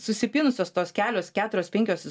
susipynusios tos kelios keturios penkios